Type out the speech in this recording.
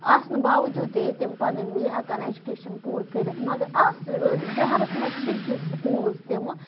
آسنہٕ باوجود تہِ ییٚتہِ یِم پَنٕنۍ یہِ ہیٚکَن ایٚجُکیشَن پوٗرٕ کٔرِتھ اگر آسہِ شَہرَس مَنٛز چھِ کینٛہہ سُکولز تِمہِ